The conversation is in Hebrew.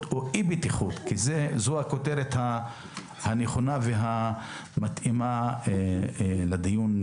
או אי-בטיחות כי זו הכותרת הנכונה והמתאימה לדיון,